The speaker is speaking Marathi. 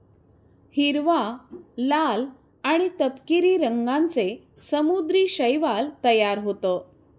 हिरवा, लाल आणि तपकिरी रंगांचे समुद्री शैवाल तयार होतं